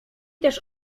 też